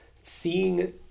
seeing